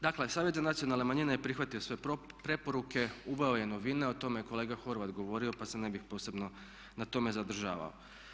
Dakle Savjet za nacionalne manjine je prihvatio sve preporuke, uveo je novine, o tome je kolega Horvat govorio pa se ne bih posebno na tome zadržavao.